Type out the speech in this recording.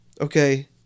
okay